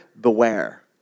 beware